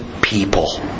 people